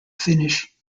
finish